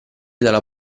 dalla